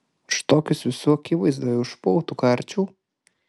aš tokius visų akivaizdoje už pautų karčiau